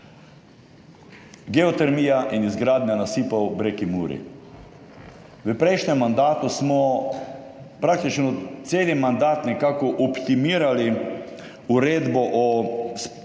"geotermija in izgradnja nasipa ob reki Muri." V prejšnjem mandatu smo praktično cel mandat nekako optimirali Uredbo o emisiji